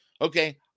Okay